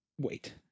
wait